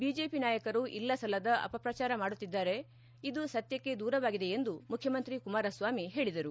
BJP ನಾಯಕರು ಇಲ್ಲಸಲ್ಲದ ಅಪಪ್ರಚಾರ ಮಾಡುತ್ತಿದ್ದಾರೆ ಇದು ಸತ್ಯಕ್ಷೆ ದೂರವಾಗಿದೆ ಎಂದು ಮುಖ್ಯಮಂತ್ರಿ ಕುಮಾರಸ್ವಾಮಿ ಹೇಳಿದರು